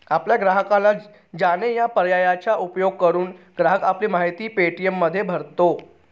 आपल्या ग्राहकाला जाणे या पर्यायाचा उपयोग करून, ग्राहक आपली माहिती पे.टी.एममध्ये भरतो